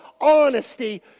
honesty